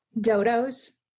Dodos